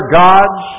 gods